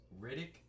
Riddick